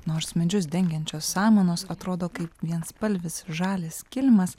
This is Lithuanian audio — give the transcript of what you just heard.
nors medžius dengiančios samanos atrodo kaip vienspalvis žalias kilimas